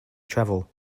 travel